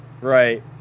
right